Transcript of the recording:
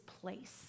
place